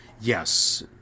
Yes